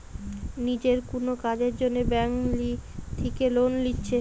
নিজের কুনো কাজের জন্যে ব্যাংক থিকে লোন লিচ্ছে